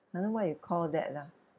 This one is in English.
don't know what you call that ah